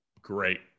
Great